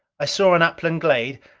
i saw an upland glade,